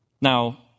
Now